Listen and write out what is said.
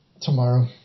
Tomorrow